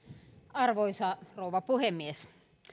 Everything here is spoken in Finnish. arvoisa rouva puhemies